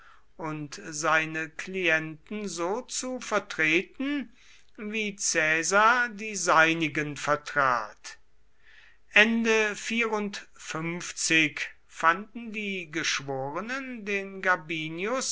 und seine klienten so zu vertreten wie caesar die seinigen vertrat ende fanden die geschworenen den gabinius